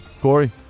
Corey